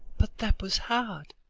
but that was hard.